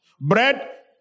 Bread